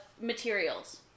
materials